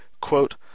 Quote